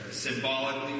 Symbolically